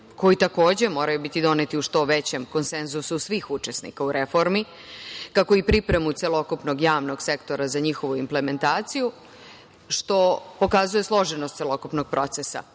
koji takođe moraju biti doneti u što većem konsenzusu svih učesnika u reformi, kao i pripremi celokupnog javnog sektora za njihovu implementaciju, što pokazuje složenost celokupnog procesa.U